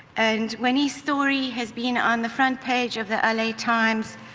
and winnie's story has been on the front page of the ah la times,